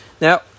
Now